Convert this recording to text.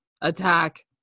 attack